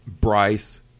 Bryce